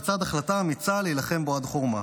בצד החלטה אמיצה להילחם בו עד חורמה.